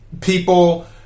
people